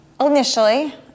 Initially